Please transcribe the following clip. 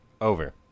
Over